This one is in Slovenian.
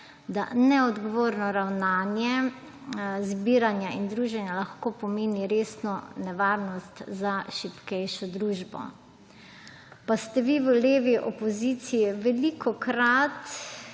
da neodgovorno ravnanje zbiranja in druženja lahko pomeni resno nevarnost za šibkejšo družbo. Pa ste vi v levi opoziciji velikokrat